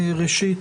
ראשית,